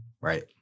right